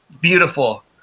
beautiful